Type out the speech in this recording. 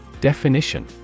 Definition